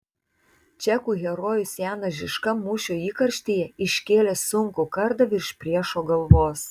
čekų herojus janas žižka mūšio įkarštyje iškėlė sunkų kardą virš priešo galvos